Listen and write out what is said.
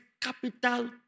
capital